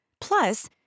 Plus